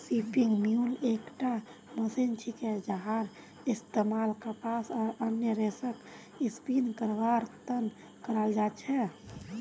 spinning mule एकटा machine छिके जहार इस्तमाल कपास आर अन्य रेशक स्पिन करवार त न कराल जा छेक